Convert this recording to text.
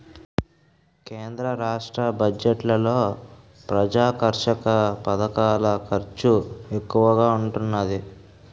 కేంద్ర రాష్ట్ర బడ్జెట్లలో ప్రజాకర్షక పధకాల ఖర్చు ఎక్కువగా ఉంటున్నాది